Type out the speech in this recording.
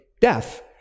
death